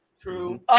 true